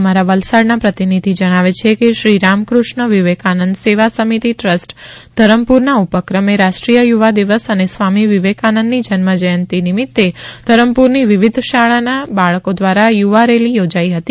અમારા વલસાડના પ્રતિનિધિ જણાવે છે કે શ્રી રામક્રષ્ણ વિવેકાનંદ સેવા સમિતિ ટ્રસ્ટ ધરમપુરના ઉપક્રમે રાષ્ટ્રીય યુવા દિવસ અને સ્વામી વિવેકાનંદની જન્મજયંતિ નિમિત્તે ધરમપુરની વિવિધ શાળાના બાળકો દ્વારા યુવારેલી યોજાઇ હતી